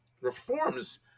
reforms